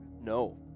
No